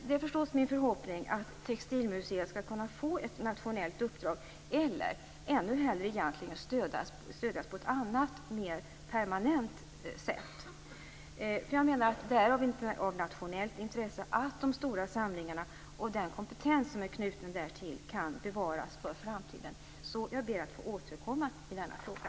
Det är förstås min förhoppning att Textilmuseet skall kunna få ett nationellt uppdrag eller ännu hellre stödjas på ett annat, mer permanent sätt. Jag menar att det är av nationellt intresse att de stora samlingarna och den kompetens som är knuten därtill kan bevaras för framtiden. Jag ber att få återkomma i denna fråga.